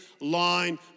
line